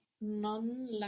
non